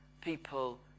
people